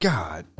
God